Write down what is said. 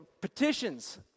petitions